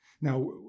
Now